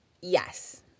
Yes